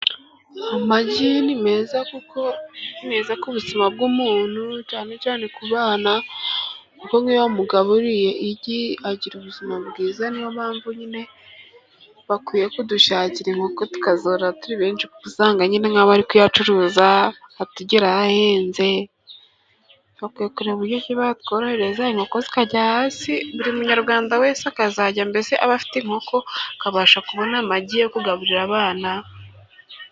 Amagi ni meza ku buzima bw'umuntu cyane cyane ku bana, kuko iyo umugaburiye igi agira ubuzima bwiza, niyo mpamvu nyine bakwiye kudushakira inkoko tukazorora turi benshi, kuko usanga abari kuyacuruza atugeraho ahenze. Bakwiye kureba uburyo batworohereza inkoko zikajya hasi, buri munyarwanda wese akazajya mbese aba afite inkoko, akabasha kubona amagi yo kugaburira abana.